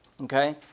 Okay